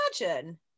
imagine